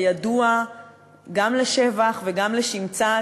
הידוע גם לשבח וגם לשמצה,